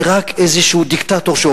ורק כשעומד איזשהו דיקטטור.